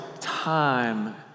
time